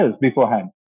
beforehand